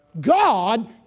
God